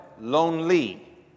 lonely